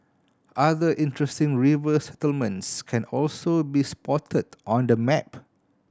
other interesting river settlements can also be spotted on the map